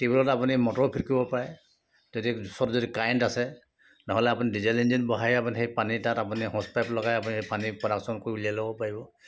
টিউবেলত আপুনি motor fit কৰিব পাৰে যদি ওচৰত যদি কাৰেণ্ট আছে নহ'লে আপুনি ডিজেল ইঞ্জিন বহাই আপুনি সেই পানী তাত আপুনি হষ্ট পাইপ লগাই আপুনি সেই পানী প্ৰডাকশ্যন কৰি উলিয়াই ল'ব পাৰিব